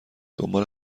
دنبال